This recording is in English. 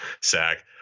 sack